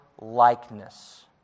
likeness